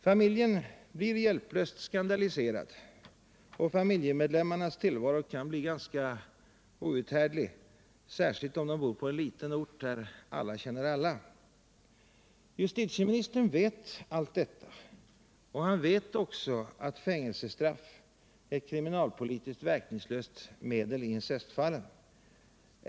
Familjen blir hjälplöst skandaliserad, och familjemedlemmarnas tillvaro kan bli ganska outhärdlig, särskilt om de bor på en liten ort där alla känner alla. Justitieministern vet allt detta, och han vet också att fängelsestraff är ett kriminalpolitiskt verkningslöst medel i incestfallen.